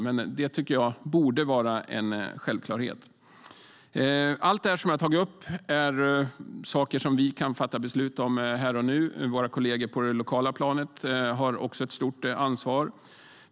Men det tycker jag borde vara en självklarhet. Allt det som jag har tagit upp är saker som vi kan fatta beslut om här och nu. Våra kolleger på det lokala planet har också ett stort ansvar.